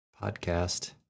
podcast